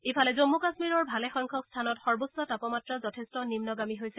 ইফালে জম্মু কাশ্মৰীৰ ভালেসংখ্যক স্থানত সৰ্বোচ্চ তাপমাত্ৰা যথেষ্ট নিম্নগামী হৈছে